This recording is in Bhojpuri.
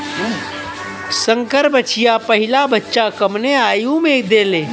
संकर बछिया पहिला बच्चा कवने आयु में देले?